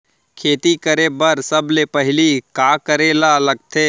खेती करे बर सबले पहिली का करे ला लगथे?